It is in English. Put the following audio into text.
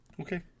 Okay